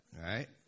right